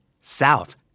south